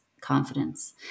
confidence